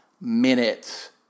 minutes